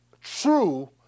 True